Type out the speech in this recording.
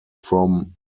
from